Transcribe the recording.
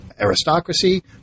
aristocracy